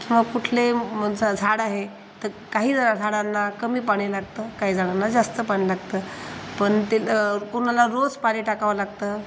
किंवा कुठले म्हनं झाड आहे तर काही झाडांना कमी पाणी लागतं काही झाडांना जास्त पाणी लागतं पण ते कोणाला रोज पाणी टाकावं लागतं